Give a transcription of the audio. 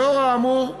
לאור האמור,